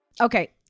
Okay